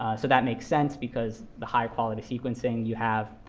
so that makes sense, because the higher quality sequencing you have,